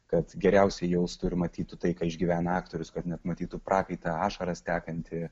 kad geriausiai jaustų ir matytų tai ką išgyvena aktorius kad net matytų prakaitą ašaras tekantį